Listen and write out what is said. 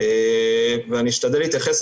ואני אשתדל להתייחס.